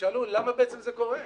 ושאלו למה בעצם זה קורה?